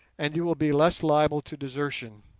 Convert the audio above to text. and you will be less liable to desertion